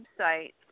website